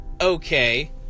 okay